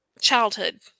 childhood